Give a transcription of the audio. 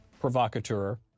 provocateur